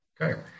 okay